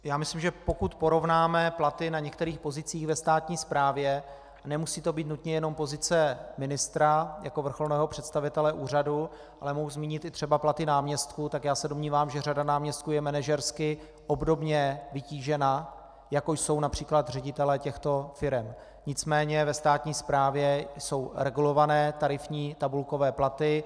Já myslím, že pokud porovnáme platy na některých pozicích ve státní správě, nemusí to být nutně jenom pozice ministra jako vrcholného představitele úřadu, ale mohu zmínit třeba i platy náměstků, tak se domnívám, že řada náměstků je manažersky obdobně vytížena, jako jsou například ředitelé těchto firem, nicméně ve státní správě jsou regulované tarifní tabulkové platy.